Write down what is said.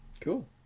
Cool